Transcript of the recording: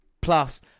plus